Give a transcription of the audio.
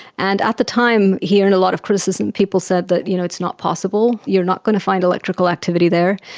and at the time he earned a lot of criticism. people said that you know it's not possible, you're not going to find a logical activity there.